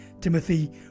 Timothy